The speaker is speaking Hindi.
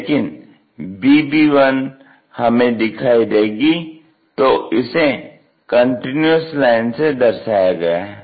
लेकिन BB1 हमें दिखाई देगी तो इसे कंटीन्यूअस लाइन से दर्शाया गया है